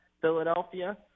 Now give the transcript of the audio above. Philadelphia